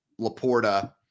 Laporta